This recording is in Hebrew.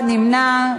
אחד נמנע,